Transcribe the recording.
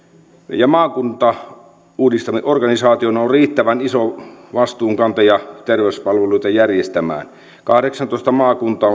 ja maakunta organisaationa on riittävän iso vastuunkantaja terveyspalveluita järjestämään kahdeksantoista maakuntaa